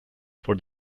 for